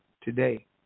today